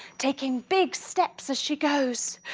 taking big steps as she goes.